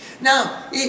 Now